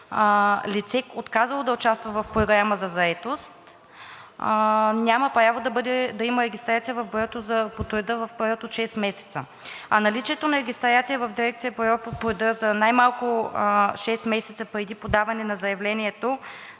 лице, отказало да участва в програма за заетост, няма право да има регистрация в бюрото по труда в период от 6 месеца, а наличието на регистрация в дирекция „Бюро по труда“ за най-малко 6 месеца преди подаване на заявлението